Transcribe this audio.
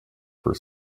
for